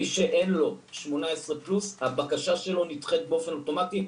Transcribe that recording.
מי שאין לו שמונה עשרה פלוס הבקשה שלו נדחית באופן אוטומטי.